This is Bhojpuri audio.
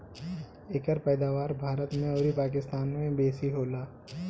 एकर पैदावार भारत अउरी पाकिस्तान में बेसी होला